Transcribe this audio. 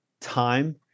time